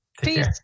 Peace